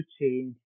change